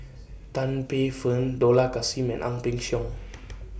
Tan Paey Fern Dollah Kassim and Ang Peng Siong